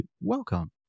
welcome